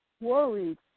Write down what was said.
worried